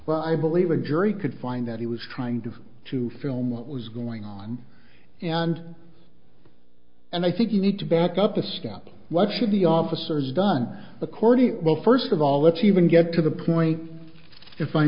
well i believe a jury could find that he was trying to to film what was going on and and i think you need to back up to stop what should the officers done according well first of all let's even get to the point